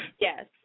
Yes